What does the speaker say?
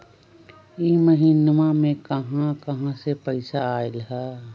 इह महिनमा मे कहा कहा से पैसा आईल ह?